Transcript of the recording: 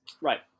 Right